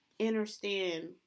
understand